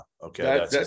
Okay